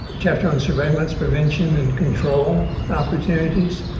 chapter on surveillance, prevention and control opportunities,